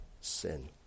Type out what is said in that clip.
sin